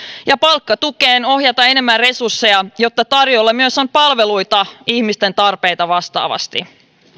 ja palkkatukeen ohjata enemmän resursseja jotta tarjolla myös on palveluita ihmisten tarpeita vastaavasti